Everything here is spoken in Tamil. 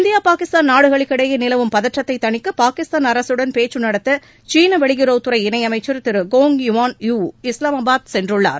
இந்தியா பாகிஸ்தான் நாடுகளுக்கிடையே நிலவும் பதற்றத்தை தணிக்க பாகிஸ்தான் அரசுடன் பேச்சு நடத்த சீன வெளியுறவுத் துறை இணையமைச்சர் திரு கோய் யுவான் யூ இஸ்லாமாபாத் சென்றுள்ளார்